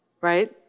Right